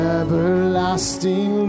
everlasting